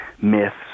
myths